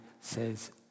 says